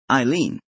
Eileen